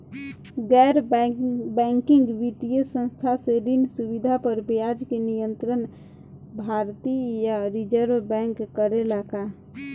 गैर बैंकिंग वित्तीय संस्था से ऋण सुविधा पर ब्याज के नियंत्रण भारती य रिजर्व बैंक करे ला का?